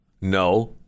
No